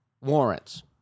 Warrants